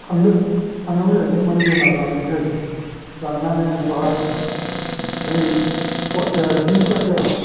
थांदों थांनांगौ जाहैदों माने बेमारा लांनांगौ जायो लांनानै आङो बेवहाय बै कचबिहार निउ कचबिहारआव